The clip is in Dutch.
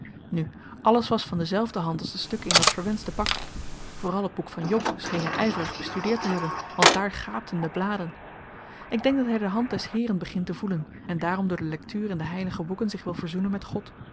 nu alles was van dezelfde hand als de stukken in dat verwenschte pak vooral t boek van job scheen hy yverig bestudeerd te hebben want daar gaapten de bladen ik denk dat hy de hand des heeren begint te voelen en daarom door lektuur in de heilige boeken zich wil verzoenen met god